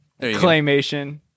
Claymation